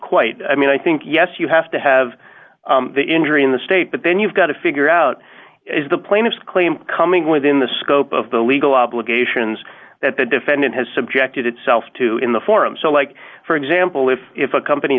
quite i mean i think yes you have to have the injury in the state but then you've got to figure out is the plaintiff's claim coming within the scope of the legal obligations that the defendant has subjected itself to in the form so like for example if if a company